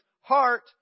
heart